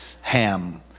Ham